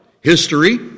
History